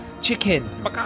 Chicken